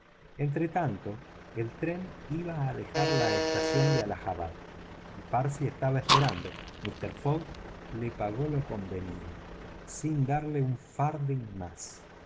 educación entretanto el tren iba a dejar la estación de aliahabad el parsi estaba esperando mister fogg le pagó lo convenido sin darle un penique de más